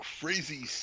crazy